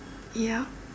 ya